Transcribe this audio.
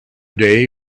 day